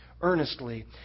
earnestly